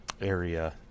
Area